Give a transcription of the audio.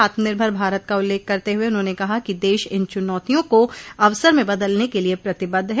आत्मनिर्भर भारत का उल्लेख करते हुए उन्होंने कहा कि देश इन चुनौतियों को अवसर में बदलने के लिए प्रतिबद्ध है